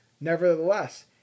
Nevertheless